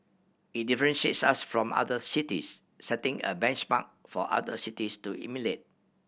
it differentiates us from other cities setting a benchmark for other cities to emulate